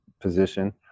position